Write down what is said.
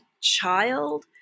child